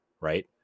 right